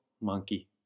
monkey